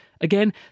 Again